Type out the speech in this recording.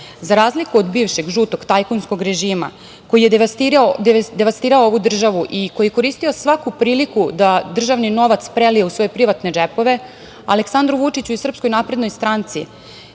razliku od bivšeg žutog tajkunskog režima koji je devastirao ovu državu i koji je koristio svaku priliku da državni novac prelije u svoje džepove, Aleksandru Vučiću i SNS prioritet